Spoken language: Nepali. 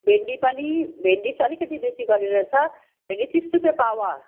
भिन्डी पनि भिन्डी अलिक बेसी गरेर छ भिन्डी तिस रुपियाँ पावा